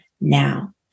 now